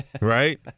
Right